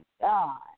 God